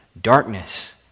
Darkness